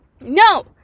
no